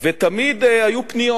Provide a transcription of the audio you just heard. ותמיד היו פניות